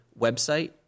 website